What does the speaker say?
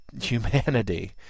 humanity